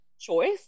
choice